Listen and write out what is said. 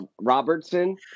Robertson